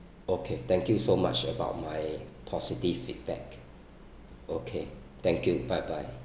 okay thank you so much about my positive feedback okay thank you bye bye